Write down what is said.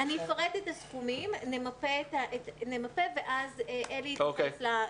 אני אפרט את הסכומים, נְמפה ואז אלי יתייחס.